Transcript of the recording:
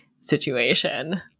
situation